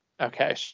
Okay